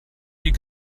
die